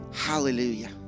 Hallelujah